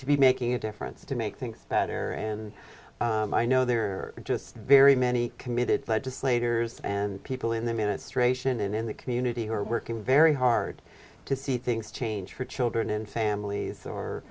to be making a difference to make things better and i know there are just very many committed legislators and people in the ministration and in the community who are working very hard to see things change for children and families or